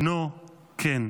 בנו כן.